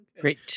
Great